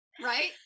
Right